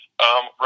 Right